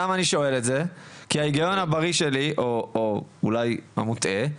אני שואל את זה כי ההיגיון הבריא שלי או אולי המוטעה,